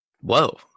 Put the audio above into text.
Whoa